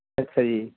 ਅੱਛਾ ਜੀ